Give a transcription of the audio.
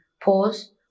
pause